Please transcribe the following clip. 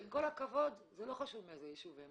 עם כל הכבוד, זה לא חשוב מאיזה יישוב הם.